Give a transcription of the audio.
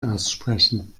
aussprechen